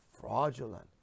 fraudulent